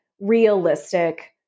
realistic